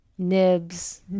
Nibs